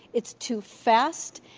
it's too fast.